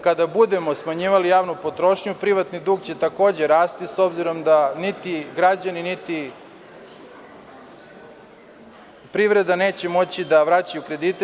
Kada budemo smanjivali javnu potrošnju, privatni dug će takođe rasti, s obzirom da niti građani, niti privreda neće moći da vraća kredite.